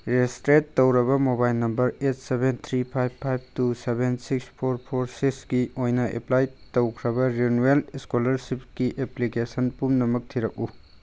registered ꯇꯧꯔꯕ mobile number at seven three five five two seven six four four ꯁꯤꯛꯁꯀꯤ ꯑꯣꯏꯅ apply ꯇꯧꯈ꯭ꯔꯕ renewal ꯁ꯭ꯀꯣꯂ꯭ꯔꯁꯤꯞꯀꯤ ꯑꯦꯞꯄ꯭ꯂꯤꯀꯦꯁꯟ ꯄꯨꯝꯅꯃꯛ ꯊꯤꯔꯛꯎ